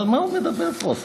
אז על מה הוא מדבר פה,